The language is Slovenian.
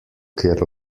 kjer